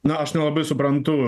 na aš nelabai suprantu